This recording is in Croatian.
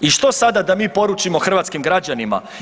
I što sada da mi poručimo hrvatskim građanima?